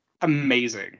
amazing